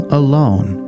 alone